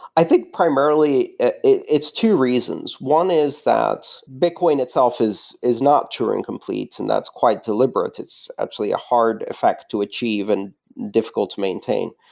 i think, primarily, it's two reasons. one is that bitcoin itself is is not turing complete, and that's quite deliberate. it's actually a hard fact to achieve and difficult to maintain,